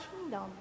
kingdom